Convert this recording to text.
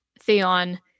Theon